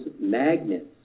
magnets